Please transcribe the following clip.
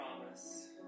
Promise